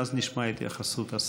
ואז נשמע את התייחסות השר.